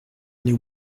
aller